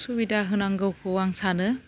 सुबिदा होनांगौखौ आं सानो